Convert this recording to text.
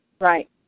Right